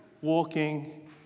walking